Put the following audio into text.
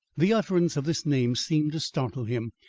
the utterance of this name seemed to startle him,